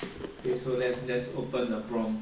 okay so let let's open the prompt